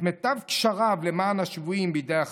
מיטב קשריו למען השבויים בידי החמאס.